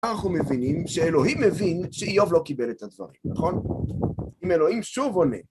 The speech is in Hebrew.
מה אנחנו מבינים, שאלוהים מבין שאיוב לא קיבל את הדברים, נכון? אם אלוהים שוב עונה.